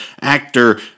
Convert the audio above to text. actor